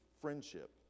friendship